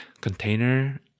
container